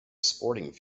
sporting